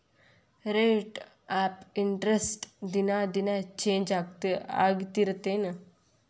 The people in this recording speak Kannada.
ರೇಟ್ ಆಫ್ ಇಂಟರೆಸ್ಟ್ ದಿನಾ ದಿನಾ ಚೇಂಜ್ ಆಗ್ತಿರತ್ತೆನ್